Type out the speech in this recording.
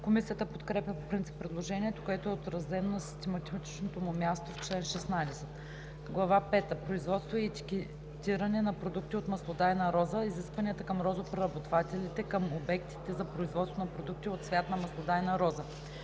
Комисията подкрепя по принцип предложението, което е отразено на систематичното му място в чл. 16. „Глава пета – Производство и етикетиране на продукти от маслодайна роза. Изисквания към розопреработвателите и към обектите за производство на продукти от цвят на маслодайна роза“.